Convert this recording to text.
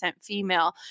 female